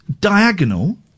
diagonal